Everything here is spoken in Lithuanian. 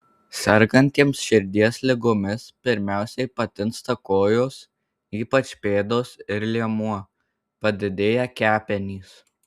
sergantiems širdies ligomis pirmiausia patinsta kojos ypač pėdos ir liemuo padidėja kepenys